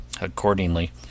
Accordingly